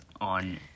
on